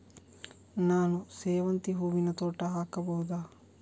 ನಾನು ಸೇವಂತಿ ಹೂವಿನ ತೋಟ ಹಾಕಬಹುದಾ?